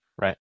Right